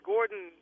Gordon